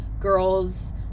girls